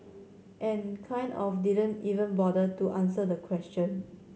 and kind of didn't even bother to answer the question